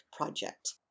project